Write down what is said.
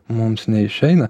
mums neišeina